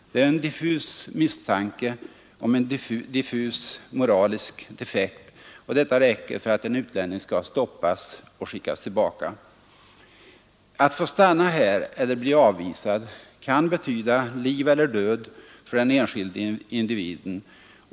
En diffus misstanke om en diffus moralisk effekt räcker för att en utlänning skall stoppas och skickas tillbaka. Att få stanna här eller bli avvisad kan betyda liv eller död för den enskilde individen.